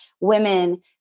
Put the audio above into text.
women